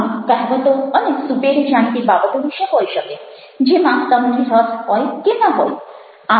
આવું કહેવતો અને સુપેરે જાણીતી બાબતો વિશે હોઈ શકે જેમાં તમને રસ હોય કે ન હોય